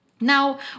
Now